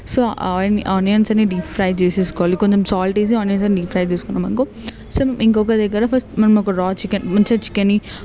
so ఆ ఆనియన్స్ని deep fry చేసుకోవాలి కొంచెం సాల్ట్ వేసి ఆనియన్స్ అన్ని డీ ఫ్రై చేసుకున్నాం అనుకో సో ఇంకొక దగ్గర మనము ఒక రా చికెన్ గుంచే చికెన్ని